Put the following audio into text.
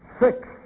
six